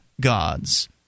gods